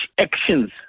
actions